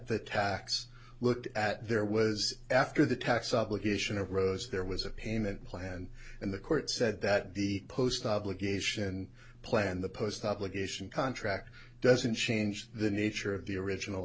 the tax looked at there was after the tax obligation of rose there was a payment plan and the court said that the post obligation plan the post obligation contract doesn't change the nature of the original